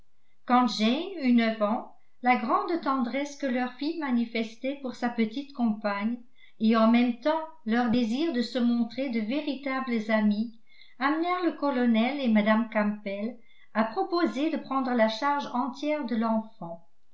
quand jane eut neuf ans la grande tendresse que leur fille manifestait pour sa petite compagne et en même temps leur désir de se montrer de véritables amis amenèrent le colonel et mme campbell à proposer de prendre la charge entière de l'enfant